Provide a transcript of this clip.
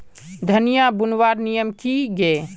धनिया बूनवार नियम की गे?